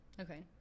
okay